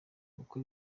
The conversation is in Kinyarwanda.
uko